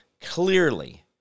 clearly